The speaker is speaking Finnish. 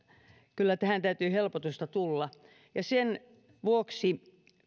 kyllä tähän täytyy helpotusta tulla ja sen vuoksi